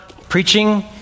preaching